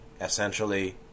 essentially